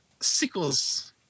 sequels